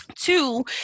Two